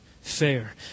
fair